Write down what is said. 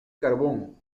carbón